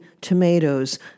tomatoes